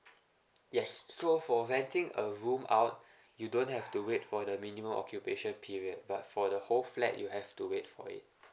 yes so for renting a room out you don't have to wait for the minimum occupation period but for the whole flat you have to wait for it